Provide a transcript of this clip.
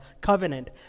covenant